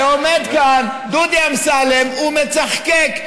ועומד כאן דודי אמסלם ומצחקק,